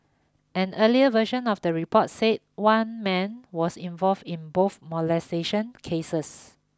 an earlier version of the report said one man was involved in both molestation cases